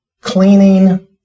cleaning